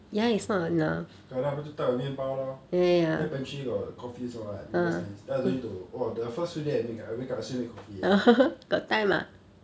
okay ah then 我就带我面包 lor then pantry got coffee also [what] just nice then I don't need to !wah! the first few day I wake up I still need make coffee leh